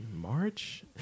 March